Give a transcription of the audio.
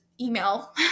email